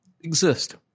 exist